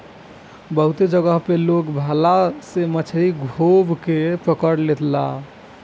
बहुते जगह पे लोग भाला से मछरी गोभ के पकड़ लेला